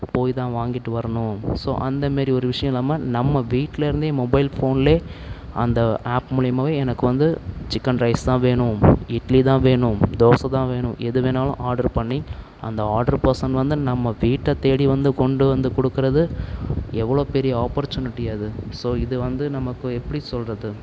போய் தான் வாங்கிகிட்டு வரணும் ஸோ அந்தமாரி ஒரு விஷயம் இல்லாமல் நம்ம வீட்டில் இருந்தே மொபைல் ஃபோனிலே அந்த ஆப் மூலயமாவே எனக்கு வந்து சிக்கன் ரைஸ் தான் வேணும் இட்லி தான் வேணும் தோசை தான் வேணும் எது வேணாலும் ஆட்ரு பண்ணி அந்த ஆட்ரு பர்சன் வந்து நம்ம வீட்டை தேடி வந்து கொண்டு வந்து கொடுக்குறது எவ்வளோ பெரிய ஆப்பர்ச்சுனிட்டி அது ஸோ இது வந்து நமக்கு எப்படி சொல்கிறது